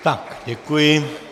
Tak, děkuji.